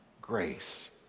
grace